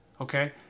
Okay